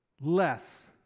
less